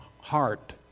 heart